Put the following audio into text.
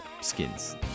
skins